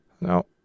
No